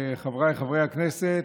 חבריי חברי הכנסת,